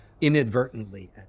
inadvertently